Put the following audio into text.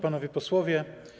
Panowie Posłowie!